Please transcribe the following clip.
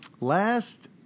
last